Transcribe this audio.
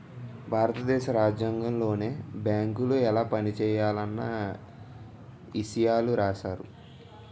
భారత దేశ రాజ్యాంగంలోనే బేంకులు ఎలా పనిజేయాలన్న ఇసయాలు రాశారు